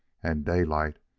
and daylight,